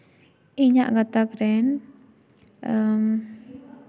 ᱤᱧᱟᱹᱜ ᱜᱟᱛᱟᱠ ᱨᱮᱱ